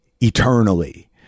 eternally